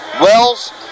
Wells